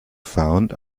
found